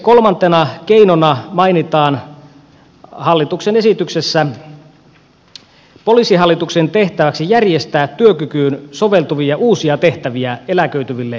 kolmantena keinona hallituksen esityksessä mainitaan poliisihallituksen tehtäväksi järjestää työkykyyn soveltuvia uusia tehtäviä eläköityville poliiseille